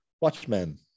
Watchmen